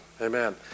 Amen